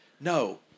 No